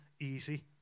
easy